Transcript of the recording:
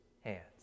hands